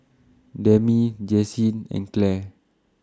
Demi Jessye and Clare